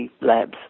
labs